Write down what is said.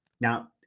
Now